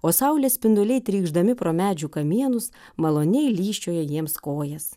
o saulės spinduliai trykšdami pro medžių kamienus maloniai lyžčiojo jiems kojas